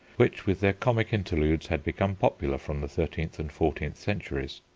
which with their comic interludes had become popular from the thirteenth and fourteenth centuries.